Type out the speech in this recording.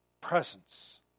presence